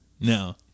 No